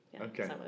Okay